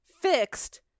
fixed